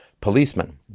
policemen